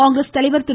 காங்கிரஸ் தலைவர் திரு